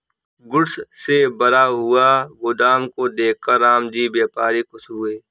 goods से भरा हुआ गोदाम को देखकर रामजी व्यापारी खुश हुए